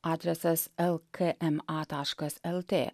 adresas lkma taškas lt